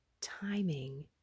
timing